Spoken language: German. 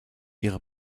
ihre